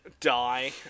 die